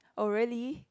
oh really